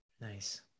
Nice